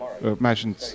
Imagine